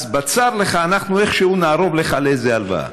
אז בצר לך, אנחנו איכשהו נערוב לך לאיזו הלוואה.